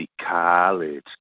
college